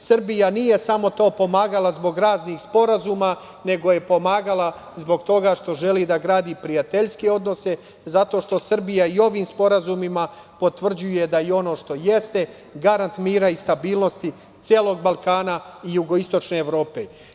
Srbija nije samo pomagala zbog raznih sporazuma, nego je pomagala zbog toga što želi da gradi prijateljske odnose, zato što Srbija i ovim sporazumima potvrđuje da je ono što jeste, garant mira i stabilnosti celog Balkana i jugoistočne Evrope.